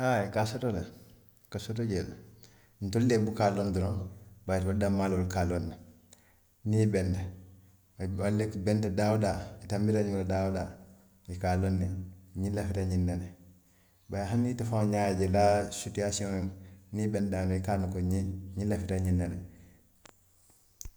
A ka a soto le, a ka soto jee le, ntelu le buka a loŋ doroŋ bari itelu danmaalu wolu ka a loŋ ne, niŋ i benta,-------- benta daa woo daa, i tanbita ñoŋ na daa woo daa, i ka a loŋ ne ñiŋ lafita ñiŋ na le, bari hani ite faŋo ye a je, i la sitiyasiŋo niŋ i benta damiŋ, i ka a loŋ ne ko ñiŋ, ñiŋ lafita ñiŋ na le